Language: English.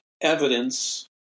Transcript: evidence